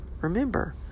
Remember